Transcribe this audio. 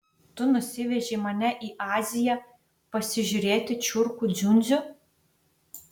tu nusivežei mane į aziją pasižiūrėti čiurkų dziundzių